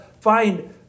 find